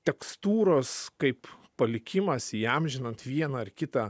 tekstūros kaip palikimas įamžinant vieną ar kitą